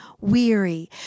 weary